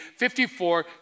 54